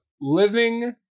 living